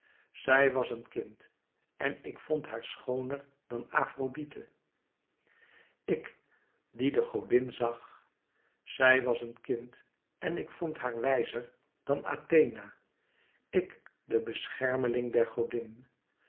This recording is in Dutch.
zij was een kind en ik vond haar schooner dan afrodite ik die de godin zag zij was een kind en ik vond haar wijzer dan athena ik de beschermeling der godin